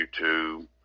YouTube